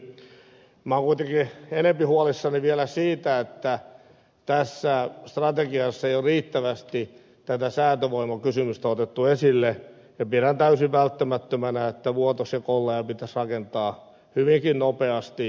minä olen kuitenkin vielä enemmän huolissani siitä että tässä strategiassa ei ole riittävästi tätä säätövoimakysymystä otettu esille ja pidän täysin välttämättömänä että vuotos ja kollaja pitäisi rakentaa hyvinkin nopeasti